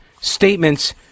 statements